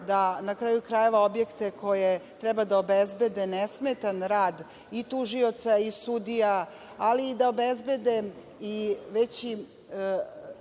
da na kraju krajeva objekte koji treba da obezbede nesmetan rad i tužioca i sudija, ali i da obezbede veću